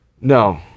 No